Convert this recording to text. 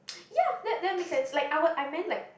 ya that that make sense like I would I meant like